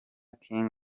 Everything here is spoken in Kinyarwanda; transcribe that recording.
king